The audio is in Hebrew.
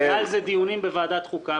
היו על זה דיונים בוועדת חוקה,